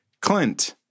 Clint